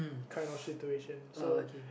kind of situation so